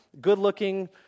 good-looking